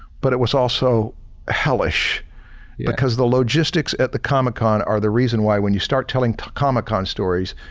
but it was also hellish because the logistics at the comic con are the reason why when you start telling comic con stories,